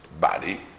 body